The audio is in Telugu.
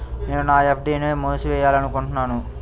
నేను నా ఎఫ్.డీ ని మూసివేయాలనుకుంటున్నాను